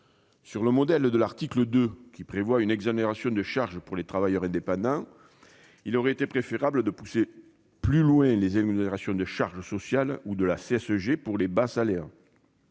Sur le modèle de l'article 2, qui prévoit une exonération de charges pour les travailleurs indépendants, il aurait été préférable de pousser plus loin les exonérations de charges sociales ou de la contribution sociale